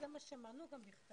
זה מה שהם ענו גם בכתב,